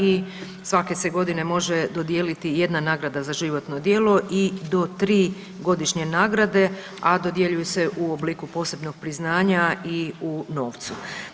I svake se godine može dodijeliti jedna nagrada za životno djelo i do tri godišnje nagrade, a dodjeljuje se u obliku posebnog priznanja i u novcu.